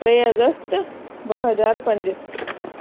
टे अगस्त ॿ हज़ार पंज